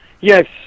Yes